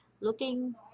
looking